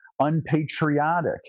unpatriotic